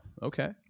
Okay